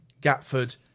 Gatford